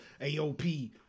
AOP